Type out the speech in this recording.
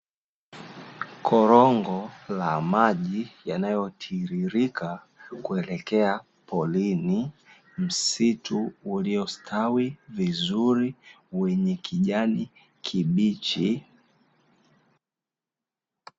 korongo la maji yanayotiririka kuelekea porini, msitu uliostawi vizuri wenye kijani kibichi.